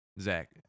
Zach